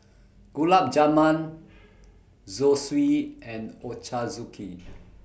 Gulab Jamun Zosui and Ochazuke